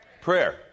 Prayer